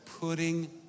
putting